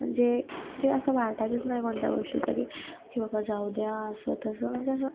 म्हणजे जे असं वाटायचं नाही कोणत्या गोष्टीचं की की बाबा जाऊ द्या असं तसं म्हणजे असं